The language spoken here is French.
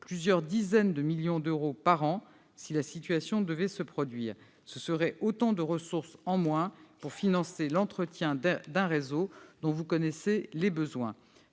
plusieurs dizaines de millions d'euros par an. Ce serait autant de ressources en moins pour financer l'entretien d'un réseau dont vous connaissez les besoins.